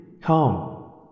come